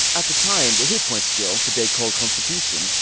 at the time, the hitpoint skill, today called constitution,